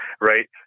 right